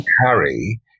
Harry